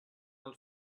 els